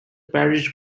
parish